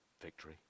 Victory